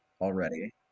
already